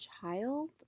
child